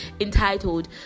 entitled